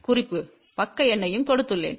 குறிப்பு பக்க எண்ணையும் கொடுத்துள்ளேன்